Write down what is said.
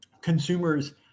consumers